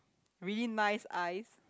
really nice eyes